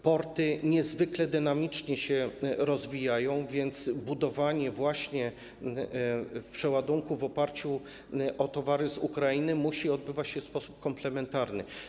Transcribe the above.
Porty niezwykle dynamicznie się rozwijają, więc budowanie przeładunków w oparciu o towary z Ukrainy musi odbywać się w sposób komplementarny.